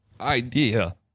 idea